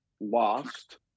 lost